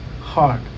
heart